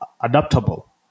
adaptable